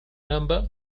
number